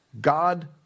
God